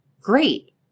Great